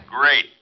Great